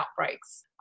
outbreaks